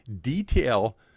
detail